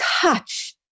touch